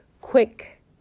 quick